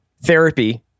therapy